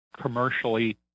commercially